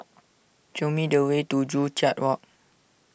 show me the way to Joo Chiat Walk